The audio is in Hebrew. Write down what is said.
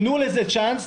תנו לזה צ'אנס,